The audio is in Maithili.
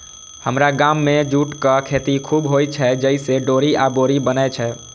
हमरा गाम मे जूटक खेती खूब होइ छै, जइसे डोरी आ बोरी बनै छै